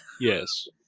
Yes